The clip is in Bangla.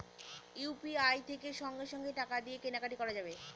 ইউ.পি.আই থেকে সঙ্গে সঙ্গে টাকা দিয়ে কেনা কাটি করা যাবে